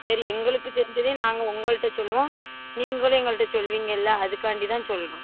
சரி எங்களுக்கு தெரிஞ்சதை நாங்கள் உங்கள்கிட்ட சொல்லுவோம் நீங்களும் எங்கள்கிட்ட சொல்வீங்கள்லை அதுக்காண்டிதான் சொல்கிறோம்